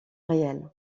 réel